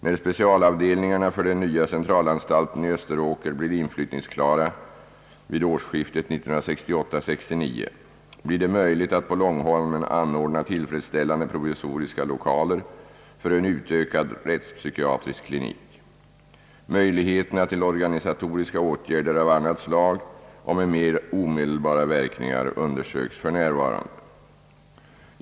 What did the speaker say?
När specialavdelningarna för den nya centralanstalten i Österåker blir inflyttningsklara vid årsskif tet 1968—1969, blir det möjligt att på Långholmen anordna tillfredsställande provisoriska lokaler för en utökad rättspsykiatrisk klinik. Möjligheterna till organisatoriska åtgärder av annat slag och med mer omedelbara verkningar undersöks f. n.